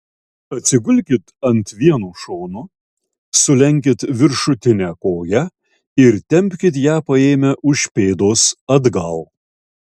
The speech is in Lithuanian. atsigulkit ant vieno šono sulenkit viršutinę koją ir tempkit ją paėmę už pėdos atgal